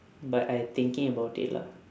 but I thinking about it lah